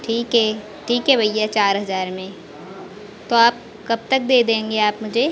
ठीक है ठीक है भैया चार हज़ार में तो आप कब तक दे देंगे आप मुझे